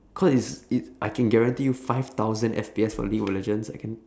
cause it's it~ I can guarantee you five thousand F_P_S on league of legends I can